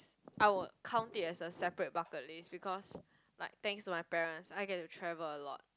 I would count it as a separate bucket list because like thanks to my parents I get to travel a lot